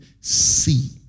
see